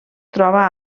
troba